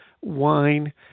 wine